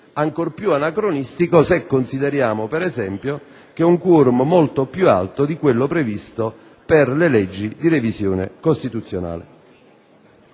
appare anacronistico, se consideriamo, ad esempio, che è un *quorum* molto più alto di quello previsto per le leggi di revisione costituzionale.